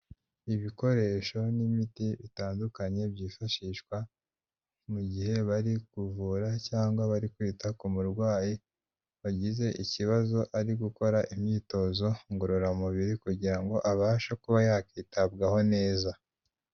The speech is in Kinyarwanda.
Ibikoresho n'imiti bitandukanye byifashishwa mu gihe bari kuvura cyangwa bari kwita ku murwayi wagize ikibazo ari gukora imyitozo ngororamubiri, kugira ngo abashe kuba yakwitabwaho neza.